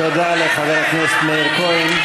תודה לחבר הכנסת מאיר כהן.